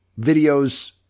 videos